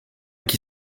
qui